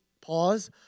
pause